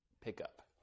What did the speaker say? pickup